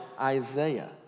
Isaiah